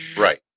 right